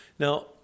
Now